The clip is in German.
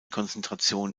konzentration